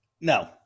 No